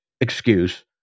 excuse